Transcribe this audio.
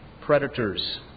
predators